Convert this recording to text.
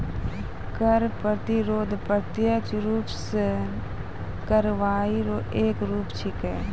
कर प्रतिरोध प्रत्यक्ष रूप सं कार्रवाई रो एक रूप छिकै